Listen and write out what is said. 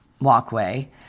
walkway